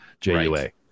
J-U-A